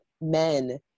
men